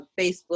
Facebook